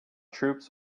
troops